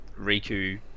Riku